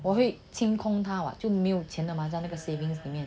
我会清空他 [what] 就没有钱的吗在那个 savings 里面